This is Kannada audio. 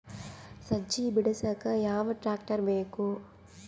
ಸಜ್ಜಿ ಬಿಡಸಕ ಯಾವ್ ಟ್ರ್ಯಾಕ್ಟರ್ ಬೇಕು?